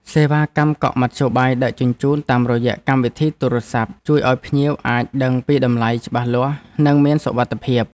សេវាកម្មកក់មធ្យោបាយដឹកជញ្ជូនតាមរយៈកម្មវិធីទូរស័ព្ទ ជួយឱ្យភ្ញៀវអាចដឹងពីតម្លៃច្បាស់លាស់និងមានសុវត្ថិភាព។